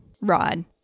rod